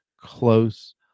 close